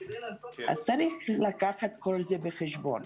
צריך לקחת את כל זה בחשבון.